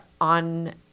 on